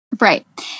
Right